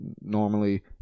Normally